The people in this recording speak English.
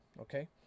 okay